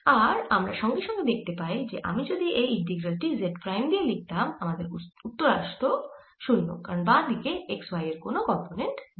আর আমরা সঙ্গে সঙ্গে দেখতে পাই যে আমি যদি এই ইন্টিগ্রাল টি z প্রাইম দিয়ে লিখতাম আমাদের উত্তর আসত 0কারণ বাঁ দিকে x y এর কোন কম্পোনেন্ট নেই